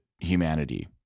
humanity